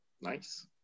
Nice